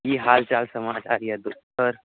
की हाल चाल समाचार यऽ सर